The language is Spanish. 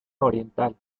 oriental